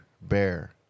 bear